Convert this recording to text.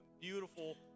beautiful